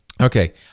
Okay